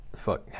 Fuck